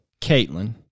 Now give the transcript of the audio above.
Caitlin